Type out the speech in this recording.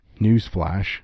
newsflash